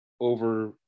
over